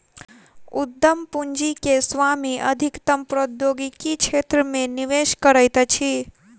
उद्यम पूंजी के स्वामी अधिकतम प्रौद्योगिकी क्षेत्र मे निवेश करैत अछि